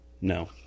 No